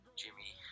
jimmy